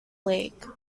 league